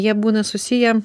jie būna susiję